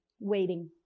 waiting